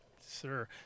Sir